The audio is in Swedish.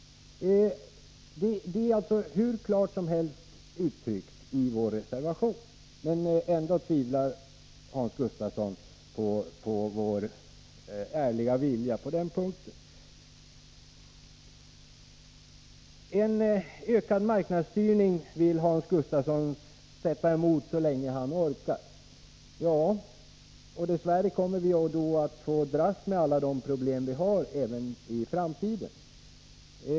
Det är alltså hur klart som helst uttryckt i vår reservation. Ändå tvivlar Hans Gustafsson på vår ärliga vilja på denna punkt. En ökad marknadsstyrning vill Hans Gustafsson sätta sig emot så länge han orkar. Dess värre kommer vi då att även i framtiden få dras med alla de problem som vi i dag har.